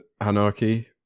anarchy